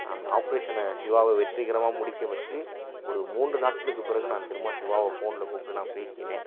அந்த ஆப்ரேஷனை சிவாவை வெற்றிகரமாக முடிக்க வெச்சு ஒரு மூன்று நாட்களுக்கு பிறகு நான் திரும்ப சிவாவை ஃபோனில் கூப்பிட்டு நான் பேசினேன்